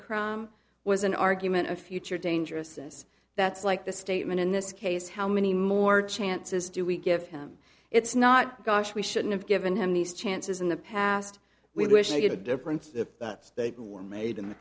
crime was an argument of future dangerousness that's like the statement in this case how many more chances do we give him it's not gosh we shouldn't have given him these chances in the past we wish to get a difference that they were made